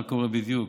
מה קורה בדיוק,